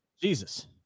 Jesus